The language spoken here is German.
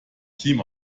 team